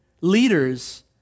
leaders